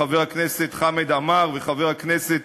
חבר הכנסת חמד עמאר וחבר הכנסת